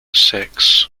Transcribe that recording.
six